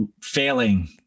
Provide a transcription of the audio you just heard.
failing